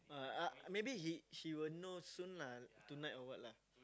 uh uh maybe he he will know soon lah tonight or what lah